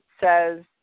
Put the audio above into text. says